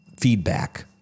feedback